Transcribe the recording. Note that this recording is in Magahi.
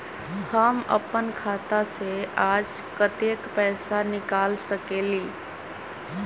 हम अपन खाता से आज कतेक पैसा निकाल सकेली?